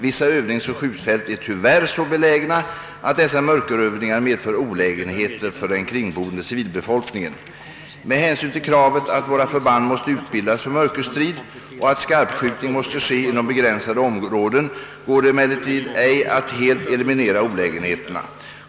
Vissa övningsoch skjutfält är tyvärr så belägna att dessa mörkerövningar medför olägenheter för den kringboende = civilbefolkningen. Med hänsyn till kravet att våra förband måste utbildas för mörkerstrid och att skarpskjutning måste ske inom begränsade områden går det emellertid ej att helt eliminera olägenheterna.